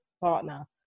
partner